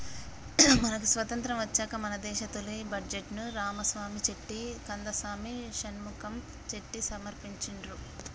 మనకి స్వతంత్రం వచ్చాక మన దేశ తొలి బడ్జెట్ను రామసామి చెట్టి కందసామి షణ్ముఖం చెట్టి సమర్పించిండ్రు